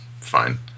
fine